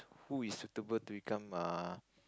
who is suitable to become uh